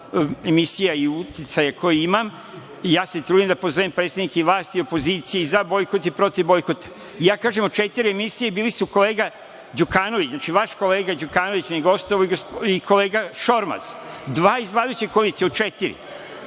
emisijama i uticaja koje imam. Ja se trudim da pozovem predstavnike i vlasti i opozicije i za bojkot i protiv bojkota. Ja kažem od četiri emisije bili su kolega Đukanović, vaš kolega Đukanović mi je gostovao i kolega Šormaz. Dva iz vladajuće koalicije, od četiri.